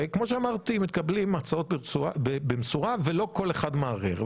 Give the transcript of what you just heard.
כמו שאמרתי מקבלים הצעות במסורה ולא כל אחד מערער.